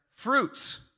fruits